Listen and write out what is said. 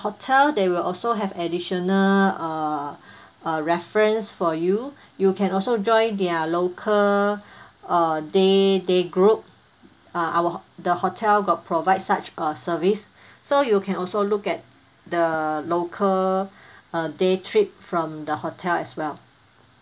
hotel they will also have additional err uh reference for you you can also join their local uh day day group uh our ho~ the hotel got provide such uh service so you can also look at the local uh day trip from the hotel as well